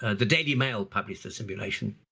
ah the daily mail published this simulation,